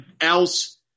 else